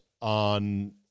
on